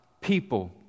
people